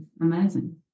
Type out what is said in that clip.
amazing